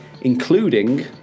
including